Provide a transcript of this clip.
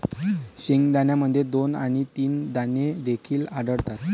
शेंगदाण्यामध्ये दोन आणि तीन दाणे देखील आढळतात